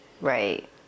right